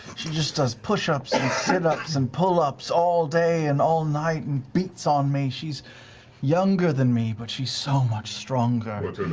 she just does push-ups and sit-ups and pull-ups all day and all night and beats on me. she's younger than me, but she's so much stronger.